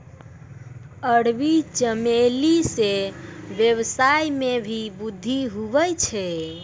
अरबी चमेली से वेवसाय मे भी वृद्धि हुवै छै